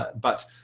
but